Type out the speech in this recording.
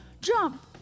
Jump